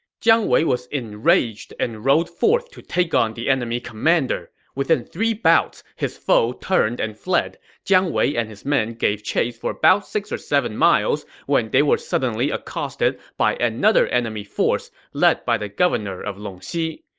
jiang wei was enraged and rode forth to take on the enemy commander. within three bouts, his foe turned and fled. jiang wei and his men gave chase for about six or seven miles when they were suddenly accosted by another enemy force, led by the governor of longxi.